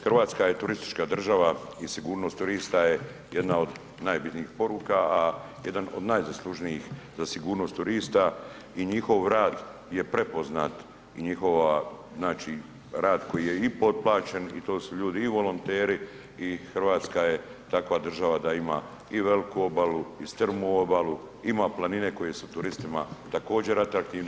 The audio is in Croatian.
Hrvatska je turistička država i sigurnost turista je jedna od najbitnijih poruka a jedan od najzaslužnijih za sigurnost turista i njihov rad je prepoznat i njihova, znači rad koji je i potplaćen i to su ljudi i volonteri i Hrvatska je takva država da ima i veliku obalu i strmu obalu, ima planine koje su turistima također atraktivne.